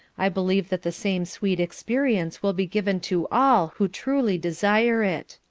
i believe that the same sweet experience will be given to all who truly desire it.